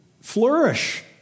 flourish